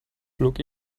plug